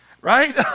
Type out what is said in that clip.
right